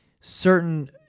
certain